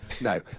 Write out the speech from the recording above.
No